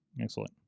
Excellent